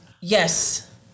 Yes